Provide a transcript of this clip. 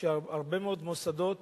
שהרבה מאוד מוסדות